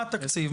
מה התקציב?